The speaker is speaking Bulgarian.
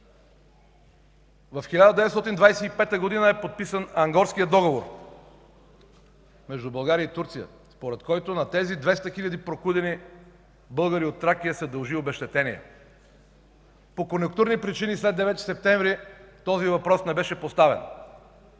В 1925 г. е подписан Ангорският договор между България и Турция, според който на тези 200 хиляди прокудени българи от Тракия се дължи обезщетение. По конюнктурни причини след 9 септември този въпрос не беше поставен.